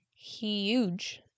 huge